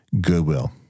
Goodwill